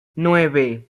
nueve